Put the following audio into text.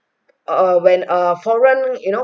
err when err foreign you know